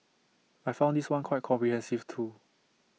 I found this one quite comprehensive too